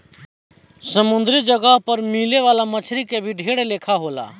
समुंद्री जगह पर मिले वाला मछली के भी ढेर लेखा के होले